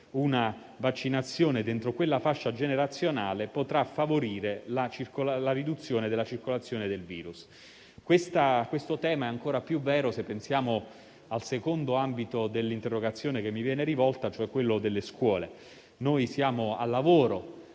una vaccinazione all'interno di quella fascia generazionale potrà favorire la riduzione della circolazione del virus. Questo tema è ancora più vero se pensiamo al secondo ambito dell'interrogazione che mi viene rivolta, cioè quello delle scuole. Siamo al lavoro